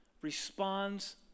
responds